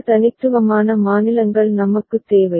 பல தனித்துவமான மாநிலங்கள் நமக்குத் தேவை